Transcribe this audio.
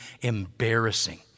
embarrassing